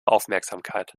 aufmerksamkeit